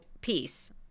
peace